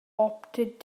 opted